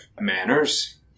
manners